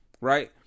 Right